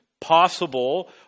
possible